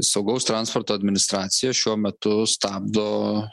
saugaus transporto administracija šiuo metu stabdo